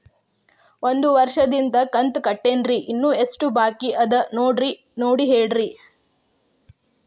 ಒಂದು ವರ್ಷದಿಂದ ಕಂತ ಕಟ್ಟೇನ್ರಿ ಇನ್ನು ಎಷ್ಟ ಬಾಕಿ ಅದ ನೋಡಿ ಹೇಳ್ರಿ